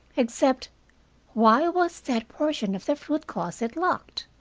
except why was that portion of the fruit-closet locked?